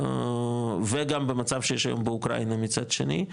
וגם במצב שיש היום באוקראינה מצד שני,